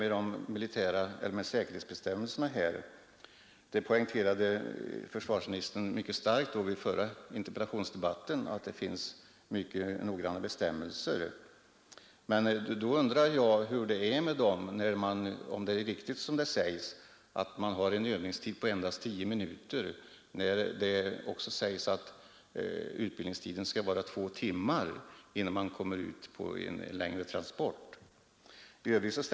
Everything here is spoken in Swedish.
Vid den senaste interpellationsdebatten rörande denna fråga poängterade försvarsministern att vi har mycket noggranna bestämmelser för cykeltolkningen, men jag undrar hur det egentligen är med den saken. Är det riktigt som det påstås, att de värnpliktiga bara har bakom sig en övningstid på 10 minuter, när det i bestämmelserna sägs att övningstiden skall vara två timmar innan det blir fråga om någon längre transport med cykeltolkning?